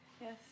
Yes